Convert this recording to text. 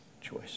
choice